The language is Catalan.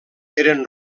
eren